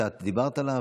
שאת דיברת עליו,